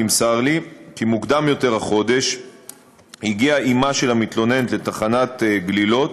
נמסר לי כי מוקדם יותר החודש הגיעה אמה של המתלוננת לתחנת גלילות